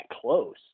close